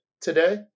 today